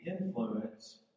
influence